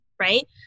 right